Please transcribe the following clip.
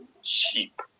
sheep